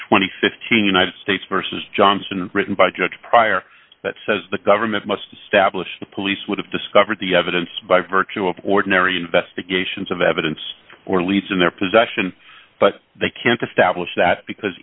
and fifteen united states versus johnson written by judge pryor that says the government must establish the police would have discovered the evidence by virtue of ordinary investigations of evidence or leads in their possession but they can't establish that because